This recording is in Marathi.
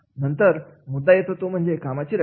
नंतर मुद्दा येतो तो म्हणजे कामाची रचना